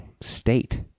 state